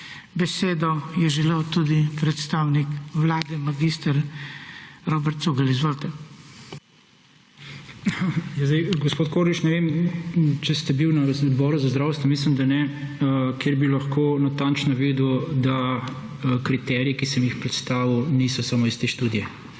Besedo je želel tudi predstavnik vlade, mag. Robert Cugelj. Izvolite. **MAG. ROBERT CUGELJ:** Zdaj gospod Kordiš, ne vem, če ste bili na Odboru za zdravstvo, mislim, da ne, ker bi lahko natančno vedeli, da kriteriji, ki sem jih predstavil, niso samo iz te študije.